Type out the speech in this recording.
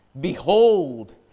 Behold